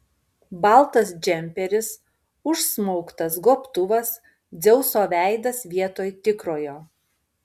baltas džemperis užsmauktas gobtuvas dzeuso veidas vietoj tikrojo